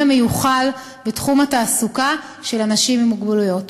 המיוחל בתחום התעסוקה של אנשים עם מוגבלות.